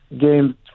game